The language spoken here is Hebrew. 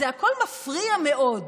הכול מפריע מאוד.